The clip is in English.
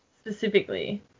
specifically